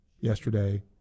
yesterday